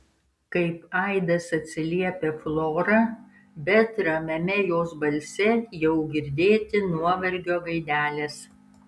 kaip aidas atsiliepia flora bet ramiame jos balse jau girdėti nuovargio gaidelės